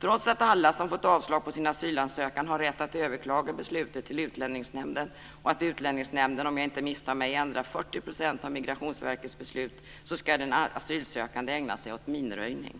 Trots att alla som fått avslag på sin asylansökan har rätt att överklaga beslutet till Utlänningsnämnden och att Utlänningsnämnden, om jag inte misstar mig, ändrar 40 % av Migrationsverkets beslut, ska den asylsökande ägna sig åt minröjning.